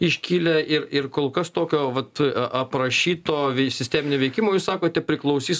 iškilę ir ir kol kas tokio vat aprašyto sisteminio veikimo jūs sakote priklausys nuo